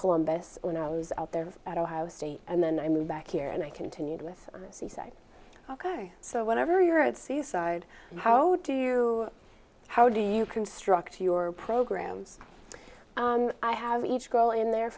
columbus when i was out there at ohio state and then i moved back here and i continued with seaside ok so whenever you're at sea side how do you how do you construct your programs i have each girl in there